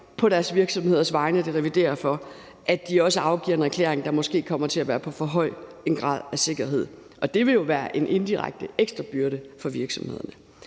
på de virksomheders vegne, som de reviderer for, afgiver en erklæring, der måske kommer til at være med en for høj grad af sikkerhed, og det vil jo være en indirekte ekstra byrde for virksomhederne.